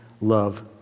love